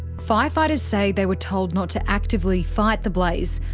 firefighters say they were told not to actively fight the blaze.